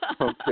okay